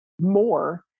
more